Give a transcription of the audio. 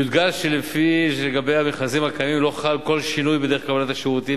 יודגש שלגבי המרכזים הקיימים לא חל כל שינוי בדרך קבלת השירותים,